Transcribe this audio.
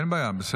למה?